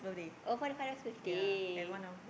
oh for the father's birthday